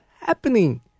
happening